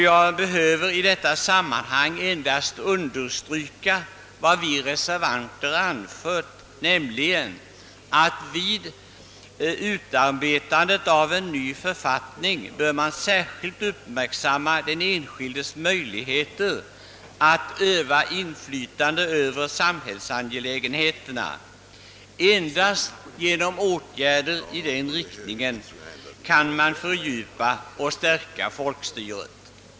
Jag vill i detta sammanhang understryka vad reservanterna har anfört, att särskild uppmärksamhet bör vid utformandet av en ny författning ägnas den enskildes möjligheter att öva inflytande över samhällsangelägenheterna. Endast genom åtgärder i den riktningen kan man fördjupa och stärka folkstyret.